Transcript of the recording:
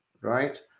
right